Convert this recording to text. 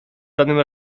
danym